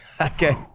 Okay